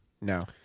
No